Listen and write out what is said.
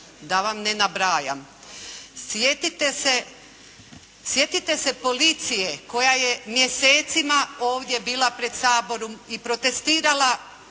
Da vam ne nabrajam. Sjetite se, sjetite se policije koja je mjesecima ovdje bila pred Saborom i protestirala